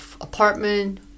apartment